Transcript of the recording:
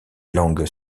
langues